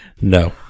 no